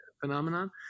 phenomenon